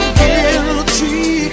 guilty